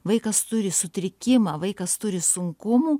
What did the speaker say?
vaikas turi sutrikimą vaikas turi sunkumų